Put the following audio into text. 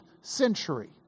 century